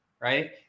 right